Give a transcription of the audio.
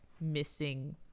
missing